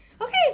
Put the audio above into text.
Okay